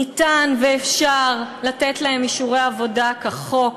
ניתן ואפשר לתת להם אישורי עבודה כחוק,